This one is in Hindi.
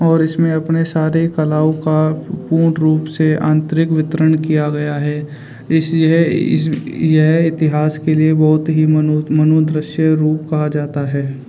और इसमें अपने सारी कलाओं का पूर्ण रूप से आंतरिक वितरण किया गया है इसी है इस यह इतिहास के लिए बहुत ही मनो मनोदृश्य रूप कहा जाता है